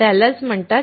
मग तुला काय वाटते